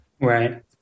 Right